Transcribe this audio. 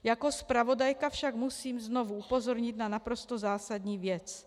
Jako zpravodajka však musím znovu upozornit na naprosto zásadní věc.